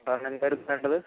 സാറിന് എന്തായിരുന്നു വേണ്ടത്